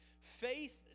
faith